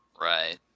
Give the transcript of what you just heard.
Right